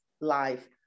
life